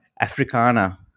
Africana